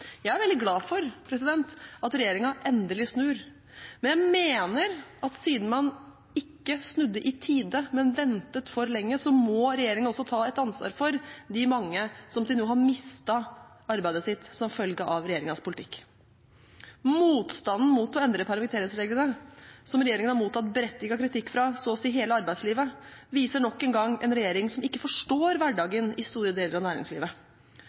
Jeg er veldig glad for at regjeringen endelig snur, men mener at siden man ikke snudde i tide, men ventet for lenge, så må regjeringen også ta et ansvar for de mange som til nå har mistet arbeidet sitt som følge av regjeringens politikk. Motstanden mot å endre permitteringsreglene, som regjeringen har mottatt berettiget kritikk for fra så å si hele arbeidslivet, viser nok en gang en regjering som ikke forstår hverdagen i store deler av næringslivet.